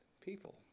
people